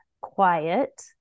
quiet